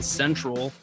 central